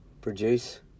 produce